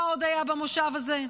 מה עוד היה במושב הזה?